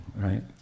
right